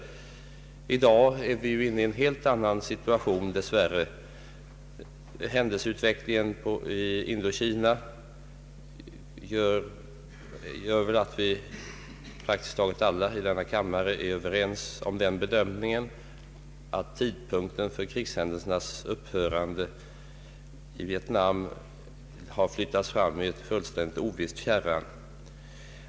I dag befinner vi oss dess värre i en helt annan situation. Händelseutvecklingen i Indokina gör väl att praktiskt taget alla i denna kammare är överens om bedömningen att tidpunkten för krigshändelsernas upphörande i Vietnam har flyttats fram till ett fullständigt ovisst fjärran.